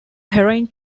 heroin